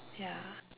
ya